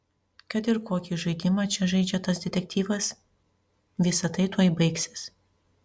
kad ir kokį žaidimą čia žaidžia tas detektyvas visa tai tuoj baigsis